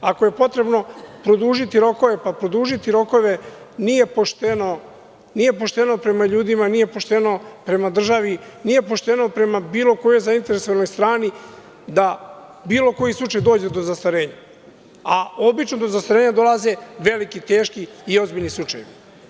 Ako je potrebno produžiti rokove, pa produžiti rokove, nije pošteno prema ljudima, nije pošteno prema državi, nije pošteno prema bilo kojoj zainteresovanoj strani da bilo koji slučaj dođe do zastarenja, a obično do zastarenja dolaze veliki, teški i ozbiljni slučajevi.